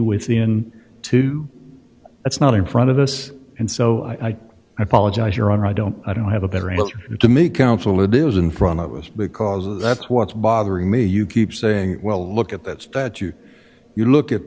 the in two that's not in front of us and so i apologize your honor i don't i don't have a better answer to me counsel it is in front of us because of that's what's bothering me you keep saying well look at that statute you look at